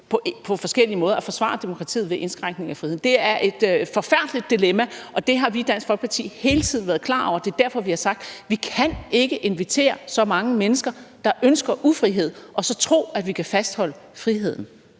på forskellige måder at forsvare demokratiet ved indskrænkning af friheden. Det er et forfærdeligt dilemma, og det har vi i Dansk Folkeparti hele tiden været klar over. Det er derfor, vi har sagt, at vi ikke kan invitere så mange mennesker, der ønsker ufrihed, og så tro, at vi kan fastholde friheden.